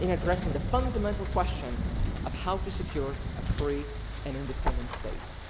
in addressing the fundamental question of how to secure a free and independent state.